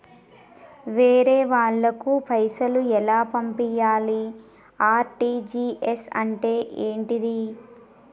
వేరే వాళ్ళకు పైసలు ఎలా పంపియ్యాలి? ఆర్.టి.జి.ఎస్ అంటే ఏంటిది?